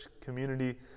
community